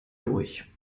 durch